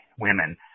women